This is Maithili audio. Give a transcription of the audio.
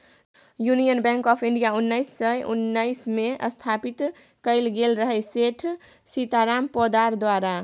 युनियन बैंक आँफ इंडिया उन्नैस सय उन्नैसमे स्थापित कएल गेल रहय सेठ सीताराम पोद्दार द्वारा